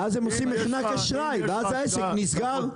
ואז הם עושים מחנק אשראי והעסק נסגר.